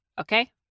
Okay